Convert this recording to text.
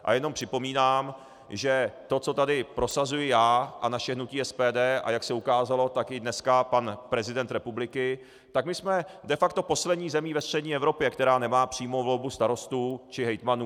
A jenom připomínám, že to, co tady prosazuji já a naše hnutí SPD, a jak se ukázalo, tak i dneska pan prezident republiky, tak my jsme de facto poslední zemí ve střední Evropě, která nemá přímou volbu starostů či hejtmanů.